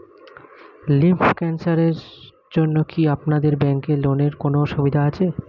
Lymph ক্যানসারের জন্য কি আপনাদের ব্যঙ্কে লোনের কোনও সুবিধা আছে?